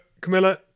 camilla